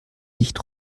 nicht